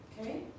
okay